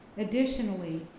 additionally,